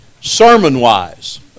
sermon-wise